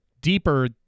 deeper